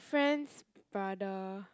friend's brother